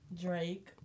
Drake